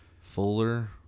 Fuller